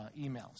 emails